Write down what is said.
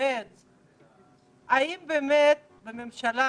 האם באמת בממשלה